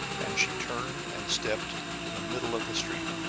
and she turned and stepped to the middle of the street,